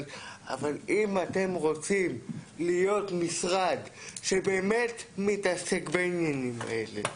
אבל אם אתם רוצים להיות משרד שבאמת מתעסק בעניינים האלה